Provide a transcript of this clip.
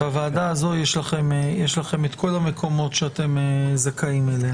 בוועדה הזו יש לכם את כל המקומות שאתם זכאים להם.